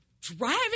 driving